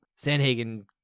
Sanhagen